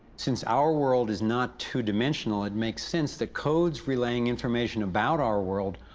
since our world is not two-dimensional, it makes sense, the code relaying information about our world,